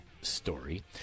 story